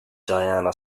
diana